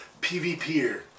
PVP'er